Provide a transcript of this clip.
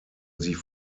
sie